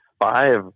five